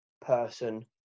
person